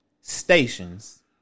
stations